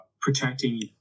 protecting